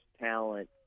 talent